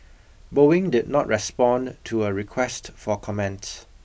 Boeing did not respond to a request for comment